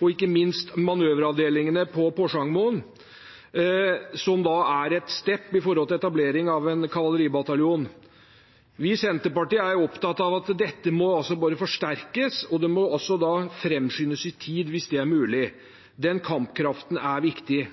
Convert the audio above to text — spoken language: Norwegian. og ikke minst med manøveravdelingene på Porsangmoen, som er et «step» mot etablering av en kavaleribataljon. Vi i Senterpartiet er opptatt av at dette må forsterkes. Det må også framskyndes i tid, hvis det er mulig. Den kampkraften er viktig.